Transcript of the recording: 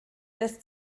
lässt